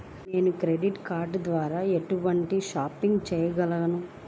నేను credit card ద్వార ఎటువంటి షాపింగ్ చెయ్యగలను?